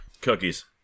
Cookies